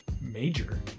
major